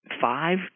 five